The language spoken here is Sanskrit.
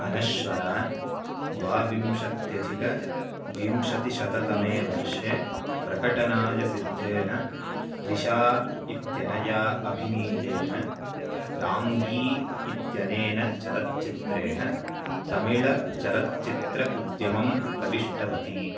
अनश्वरा द्वाविंशत्यधिकविंशतिशततमे वर्षे प्रकटनाय सिद्धेन त्रिशा इत्यनया अभिनीतेन राङ्गी इत्यनेन चलच्चित्रेण तमिळचलच्चित्र उद्यमं प्रविष्टवती